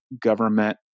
government